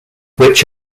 which